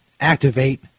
activate